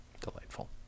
Delightful